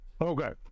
Okay